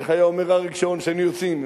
איך היה אומר אריק שרון כשהיינו יוצאים,